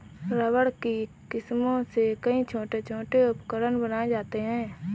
rubber की किस्मों से कई छोटे छोटे उपकरण बनाये जाते हैं